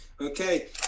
Okay